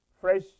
fresh